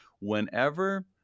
whenever